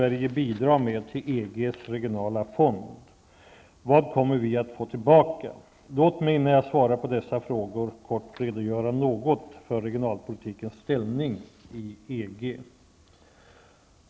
Vad kommer vi att få tillbaka? Låt mig, innan jag svarar på dessa frågor, redogöra något för regionalpolitikens ställning i EG.